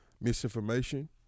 misinformation